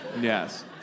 Yes